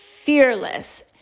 fearless